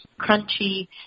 crunchy